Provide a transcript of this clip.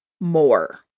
more